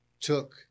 took